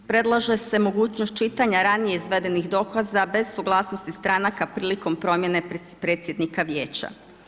Predlaže se mogućnost čitanja ranije izvedenih dokaza bez suglasnosti stranaka prilikom promjene predsjednika Vijeća.